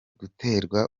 guterwa